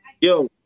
yo